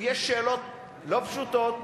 יש שאלות לא פשוטות.